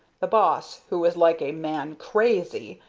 the boss, who is like a man crazy,